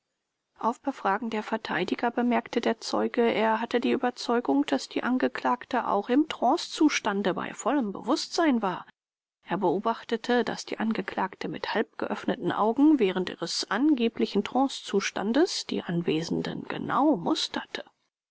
auf befragen der verteidiger bemerkte der zeuge er hatte die überzeugung daß die angeklagte auch im trancezustande bei vollem bewußtsein war er beobachtete daß die angeklagte mit halb geöffneten augen während ihres angeblichen trancezustandes die anwesenden genau musterte